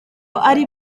ari